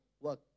work